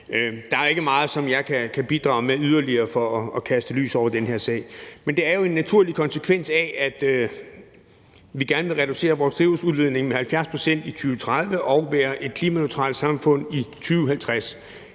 Der er ikke meget, som jeg kan bidrage med yderligere for at kaste lys over den her sag. Det er jo en naturlig konsekvens af, at vi gerne vil reducere vores drivhusgasudledning med 70 pct. i 2030 og være et klimaneutralt samfund i 2050.